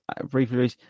briefly